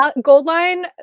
Goldline